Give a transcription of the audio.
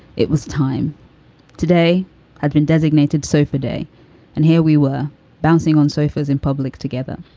it was time today i'd been designated sofa day and here we were bouncing on sofas in public together.